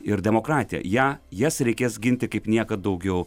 ir demokratija ją jas reikės ginti kaip niekad daugiau